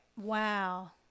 Wow